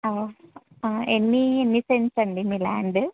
ఎన్ని ఎన్ని సెంట్స్ అండి మీ ల్యాండ్